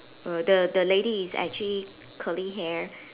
err the the lady is actually curly hair